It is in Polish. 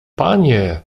panie